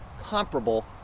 comparable